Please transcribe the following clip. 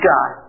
God